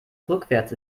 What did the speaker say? rückwärts